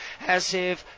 Asif